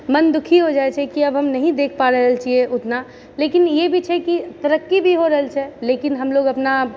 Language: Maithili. मन दुखी हो जाइत छै कि आब हम नहि देखि पा रहल छियै ओतना लेकिन ई भी छै कि तरक्की भी हो रहल छै लेकिन हमलोग अपना